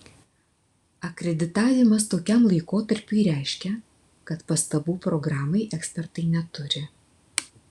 akreditavimas tokiam laikotarpiui reiškia kad pastabų programai ekspertai neturi